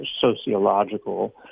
sociological